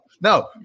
no